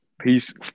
Peace